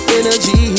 energy